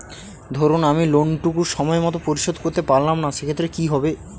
ধরুন আমি লোন টুকু সময় মত পরিশোধ করতে পারলাম না সেক্ষেত্রে কি হবে?